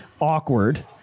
Awkward